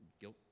guilt